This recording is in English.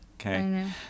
Okay